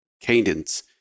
cadence